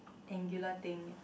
angular thing